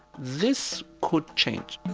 this could change